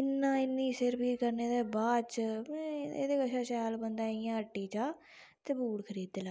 इन्नी सिर पीड करने दे बाद ते एह्दे शा शैल बंदा ह्ट्टी जा बूट खरीदी लै